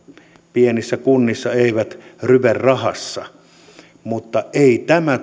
pienissä kunnissa eivät ryve rahassa ei tämä